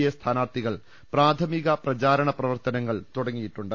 A സ്ഥാനാർത്ഥികൾ പ്രാഥമിക പ്രചാരണ പ്രവർത്തനങ്ങൾ തുടങ്ങിയിട്ടുണ്ട്